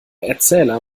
erzähler